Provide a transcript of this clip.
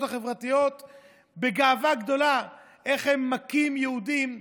החברתיות בגאווה גדולה איך הם מכים יהודים,